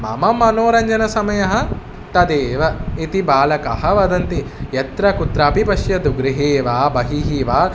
मम मनोरञ्चनसमयः तदेव इति बालकाः वदन्ति यत्रकुत्रापि पश्यतु गृहे वा बहिः वा